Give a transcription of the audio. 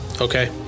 Okay